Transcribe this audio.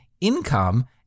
income